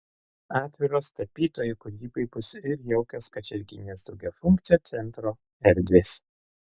atviros tapytojų kūrybai bus ir jaukios kačerginės daugiafunkcio centro erdvės